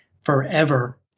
forever